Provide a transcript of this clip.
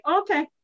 okay